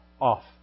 off